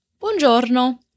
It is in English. Buongiorno